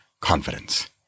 Confidence